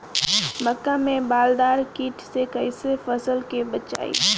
मक्का में बालदार कीट से कईसे फसल के बचाई?